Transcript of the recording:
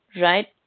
right